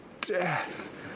death